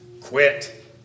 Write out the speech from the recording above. Quit